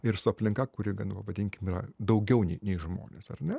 ir su aplinka kuri gan pavadinkim yra daugiau nei nei žmonės ar ne